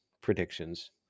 predictions